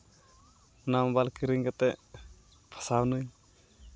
ᱚᱱᱟ ᱢᱳᱵᱟᱭᱤᱞ ᱠᱤᱨᱤᱧ ᱠᱟᱛᱮ ᱯᱷᱟᱥᱟᱣᱱᱟᱹᱧ